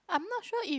I'm not sure if